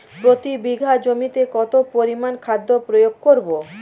প্রতি বিঘা জমিতে কত পরিমান খাদ্য প্রয়োগ করব?